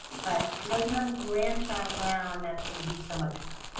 but i know you have a grandchild now and that's gonna be so much fun.